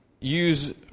use